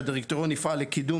שהדירקטוריון יפעל לקידום